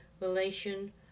relation